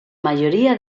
mayoría